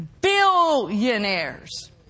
billionaires